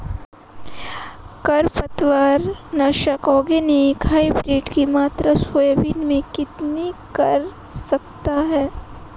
खरपतवार नाशक organic hybrid की मात्रा सोयाबीन में कितनी कर सकते हैं?